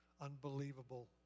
unbelievable